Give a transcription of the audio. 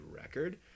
record